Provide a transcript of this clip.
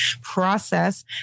process